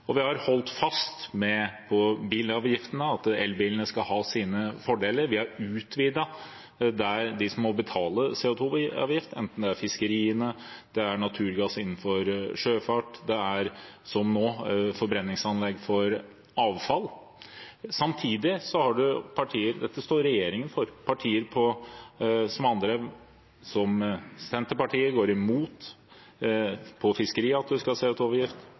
Vi har holdt fast ved bilavgiftene, at elbilene skal ha sine fordeler. Vi har utvidet ordningen for dem som må betale CO 2 -avgift, enten det er fiskeriene, naturgass innenfor sjøfart eller forbrenningsanlegg for avfall. Dette står regjeringen for. Samtidig er det partier som Senterpartiet, som går imot at vi skal ha CO 2 -avgift på fiskeri og på sjøfart. En har et Arbeiderparti som går inn for at